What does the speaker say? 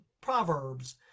proverbs